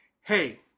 hey